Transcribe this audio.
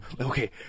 Okay